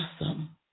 awesome